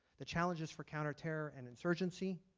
the challenges for counterterror and insurgency.